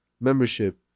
membership